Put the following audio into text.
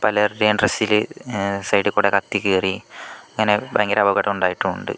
പലരുടെയും ഡ്രസ്സില് സൈഡ് കൂടെ കത്തി കയറി അങ്ങനെ ഭയങ്കര അപകടം ഉണ്ടായിട്ടും ഉണ്ട്